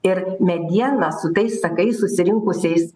ir medieną su tais sakais susirinkusiais